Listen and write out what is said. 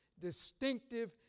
distinctive